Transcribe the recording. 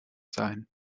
sein